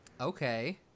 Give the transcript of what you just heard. Okay